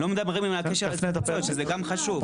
לא מדברים על הקשר עם התפוצות שזה גם חשוב.